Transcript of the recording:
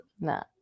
No